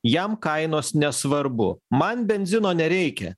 jam kainos nesvarbu man benzino nereikia